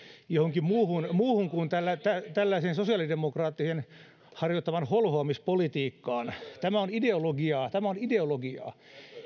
johonkin muuhun muuhun kuin tällaiseen sosiaalidemokraattien harjoittamaan holhoamispolitiikkaan tämä on ideologiaa tämä on ideologiaa